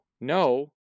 no